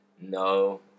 No